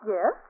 Yes